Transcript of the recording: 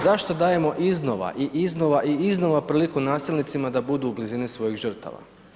Zašto dajemo iznova i iznova i iznova priliku nasilnicima da budu u blizini svojih žrtava.